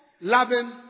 loving